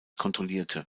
kontrollierte